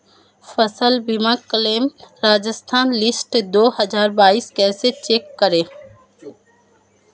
फसल बीमा claim Rajasthan list दो हज़ार बाईस कैसे चेक करें?